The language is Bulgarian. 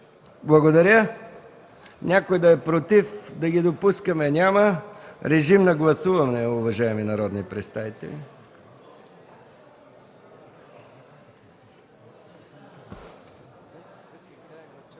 Благодаря. Някое да е против да ги допуснем? Няма. Гласуваме, уважаеми народни представители.